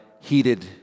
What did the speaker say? heated